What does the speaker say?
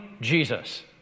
Jesus